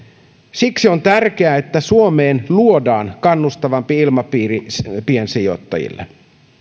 siksi on tärkeää että suomeen luodaan kannustavampi ilmapiiri piensijoittajille